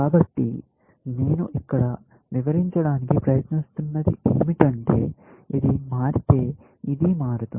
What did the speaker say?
కాబట్టి నేను ఇక్కడ వివరించడానికి ప్రయత్నిస్తున్నది ఏమిటంటే ఇది మారితే ఇది మారుతుంది